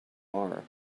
are